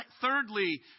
thirdly